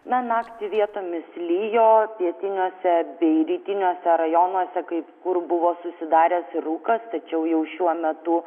na naktį vietomis lijo pietiniuose bei rytiniuose rajonuose kai kur buvo susidaręs ir rūkas tačiau jau šiuo metu